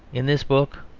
in this book,